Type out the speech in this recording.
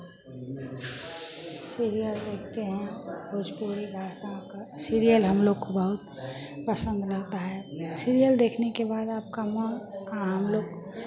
serial देखते हैं भोजपुरी भाषाओं का सीरियल हम लोग को बहुत पसंद लगता है सीरियल देखने का बाद आपका मा हम लोग